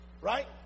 Right